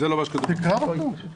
זה לא מה שכתוב בהצעת החוק.